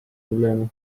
probleeme